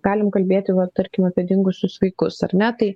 galim kalbėti va tarkim apie dingusius vaikus ar ne tai